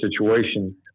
situation